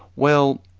well,